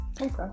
Okay